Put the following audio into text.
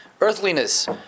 earthliness